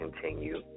continue